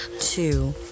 two